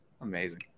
Amazing